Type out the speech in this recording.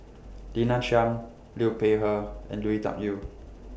Lina Chiam Liu Peihe and Lui Tuck Yew